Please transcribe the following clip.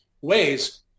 ways